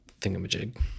thingamajig